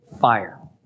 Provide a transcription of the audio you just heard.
fire